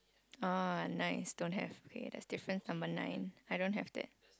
oh nice don't have okay that's different from a nine I don't have that